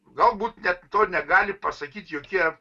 galbūt net to negali pasakyti jokie